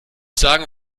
sagen